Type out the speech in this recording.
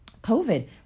COVID